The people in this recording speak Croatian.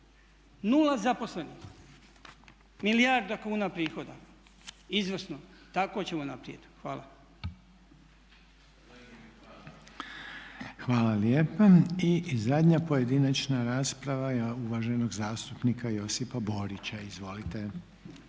0 zaposlenih! Milijarda kuna prihoda! Izvrsno! Tako ćemo naprijed. Hvala. **Reiner, Željko (HDZ)** Hvala lijepa. I zadnja pojedinačna rasprava je uvaženog zastupnika Josipa Borića, izvolite.